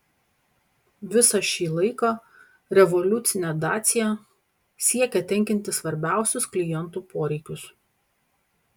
visą šį laiką revoliucinė dacia siekė tenkinti svarbiausius klientų poreikius